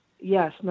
Yes